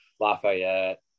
Lafayette